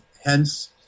Hence